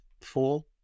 four